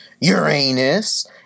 Uranus